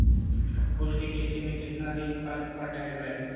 फूल के खेती में केतना दिन पर पटइबै?